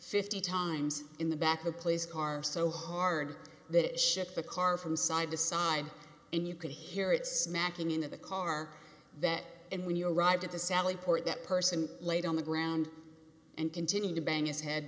fifty times in the back the place car so hard that it shipped the car from side to side and you could hear it smacking into the car that and when you arrived at the sally port that person laid on the ground and continued to bang his head